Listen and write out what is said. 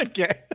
Okay